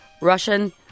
Russian